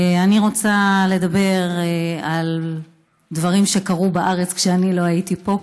אני רוצה לדבר על דברים שקרו בארץ כשאני לא הייתי פה.